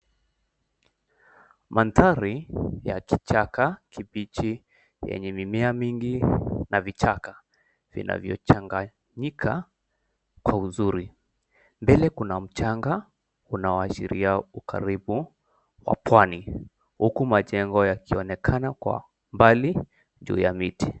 Mandhari ya kichaka kibichi yenye mimea mingi na vichaka vinavyochanganyika kwa uzuri. Mbele kuna mchanga unaoashiria ukaribu wa pwani, huku majengo yakionekana kwa mbali juu ya miti.